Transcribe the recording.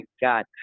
God